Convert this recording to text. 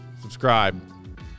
subscribe